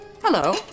Hello